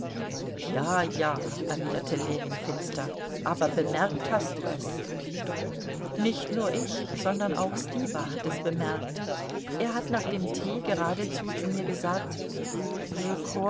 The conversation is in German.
ja ja erwiderte ljewin finster aber bemerkt hast du es nicht nur ich sondern auch stiwa hat es bemerkt er hat nach dem tee geradezu zu mir gesagt